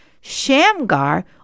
Shamgar